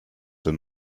den